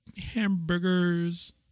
Hamburgers